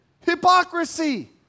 Hypocrisy